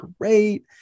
great